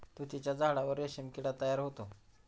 तुतीच्या झाडावर रेशीम किडा तयार होतो